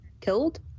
killed